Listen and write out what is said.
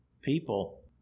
people